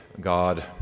God